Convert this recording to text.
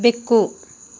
ಬೆಕ್ಕು